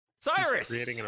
Cyrus